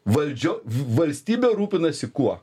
valdžia valstybė rūpinasi kuo